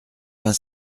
vingt